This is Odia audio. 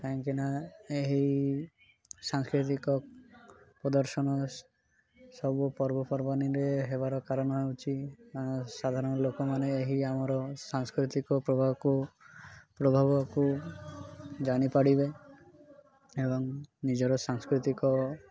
କାହିଁକି ନା ଏହି ସାଂସ୍କୃତିକ ପ୍ରଦର୍ଶନ ସବୁ ପର୍ବପର୍ବାଣୀରେ ହେବାର କାରଣ ହେଉଛି ସାଧାରଣ ଲୋକମାନେ ଏହି ଆମର ସାଂସ୍କୃତିକ ପ୍ରଭାକୁ ପ୍ରଭାବକୁ ଜାଣିପାରିବେ ଏବଂ ନିଜର ସାଂସ୍କୃତିକ